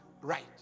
right